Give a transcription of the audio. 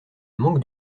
manque